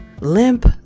Limp